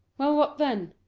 well, what then?